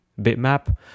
bitmap